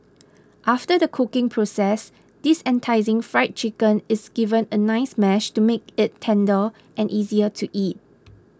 after the cooking process this enticing Fried Chicken is given a nice mash to make it tender and easier to eat